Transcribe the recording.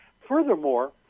Furthermore